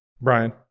Brian